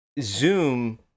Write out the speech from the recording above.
Zoom